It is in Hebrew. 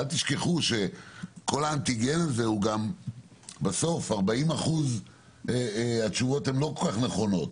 אל תשכחו שבאנטיגן בסוף ב-40 אחוז מהמקרים התשובות הן לא כל כך נכונות.